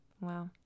Wow